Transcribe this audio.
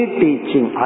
teaching